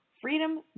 Freedom